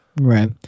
Right